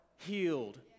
healed